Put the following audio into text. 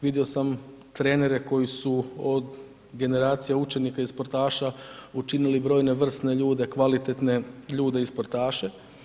Vidio sam trenere koji su od generacija učenika i sportaša učinili brojne vrsne ljude, kvalitetne ljude i sportaše.